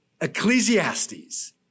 Ecclesiastes